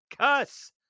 Cuss